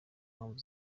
mpamvu